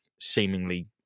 seemingly